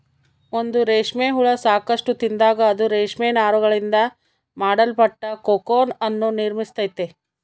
ಒಂದು ರೇಷ್ಮೆ ಹುಳ ಸಾಕಷ್ಟು ತಿಂದಾಗ, ಅದು ರೇಷ್ಮೆ ನಾರುಗಳಿಂದ ಮಾಡಲ್ಪಟ್ಟ ಕೋಕೂನ್ ಅನ್ನು ನಿರ್ಮಿಸ್ತೈತೆ